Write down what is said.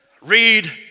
Read